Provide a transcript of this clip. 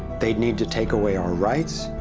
they'd need to take away our rights,